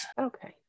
Okay